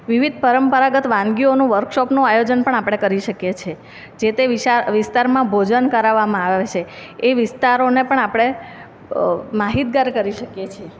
વિવિધ પરંપરાગત વાનગીઓનું વર્કશોપનું આયોજન પણ આપણે કરી શકીએ છીએ જે તે વિસ્તારમાં ભોજન કરાવવામાં આવે છે એ વિસ્તારોને પણ આપણે માહિતગાર કરી શકીએ છીએ